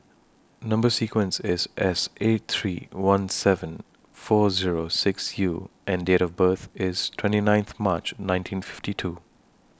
Number sequence IS S eight three one seven four Zero six U and Date of birth IS twenty ninth March nineteen fifty two